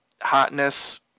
hotness